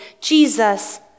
Jesus